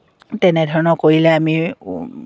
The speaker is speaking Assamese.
তেনেধৰণৰ কৰিলে আমি